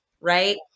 right